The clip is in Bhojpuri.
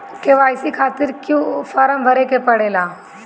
के.वाइ.सी खातिर क्यूं फर्म भरे के पड़ेला?